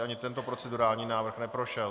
Ani tento procedurální návrh neprošel.